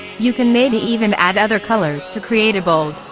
you can maybe even add other colors to create a bold,